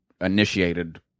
initiated